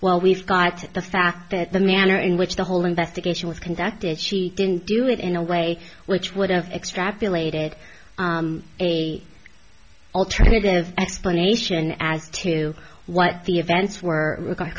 well we've got the fact that the manner in which the whole investigation was conducted she didn't do it in a way which would have extrapolated a alternative explanation as to what the events were